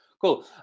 Cool